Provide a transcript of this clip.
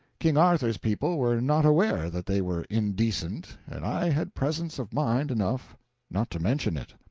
king arthur's people were not aware that they were indecent and i had presence of mind enough not to mention it.